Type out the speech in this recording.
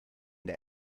der